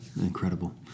incredible